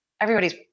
everybody's